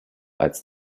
als